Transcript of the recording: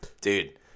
Dude